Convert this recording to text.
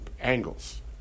angles